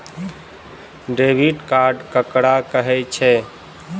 Debit card ककरा कहै छै?